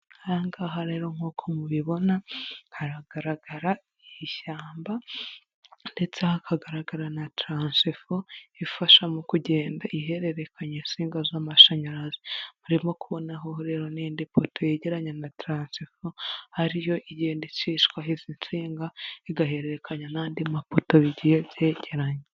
Aha ngaha rero nk'uko mubibona, haragaragara ishyamba ndetse hakagaragara na taransifo ifasha mu kugenda ihererekanya insing z'amashanyarazi, harimo kubonaho rero n'indi poto yegeranya na taransifo ari yo igenda icishwaho izi nsinga, igahererekanya n'andi mapoto bigiye byegeranye.